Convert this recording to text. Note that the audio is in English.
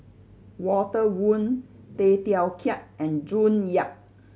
Walter Woon Tay Teow Kiat and June Yap